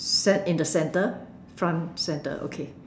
set in the centre front centre okay